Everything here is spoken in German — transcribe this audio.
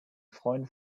freund